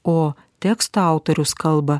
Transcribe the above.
o teksto autorius kalba